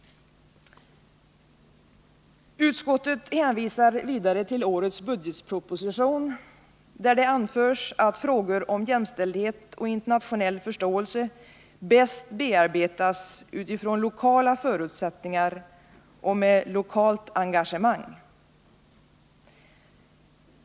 Utskottet hänvisar vidare till årets budgetproposition, där det anförs att frågor om jämställdhet och internationell förståelse bäst bearbetas utifrån lokala förutsättningar och med lokalt engagemang.